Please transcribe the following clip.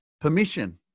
permission